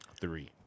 Three